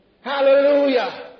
Hallelujah